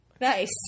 Nice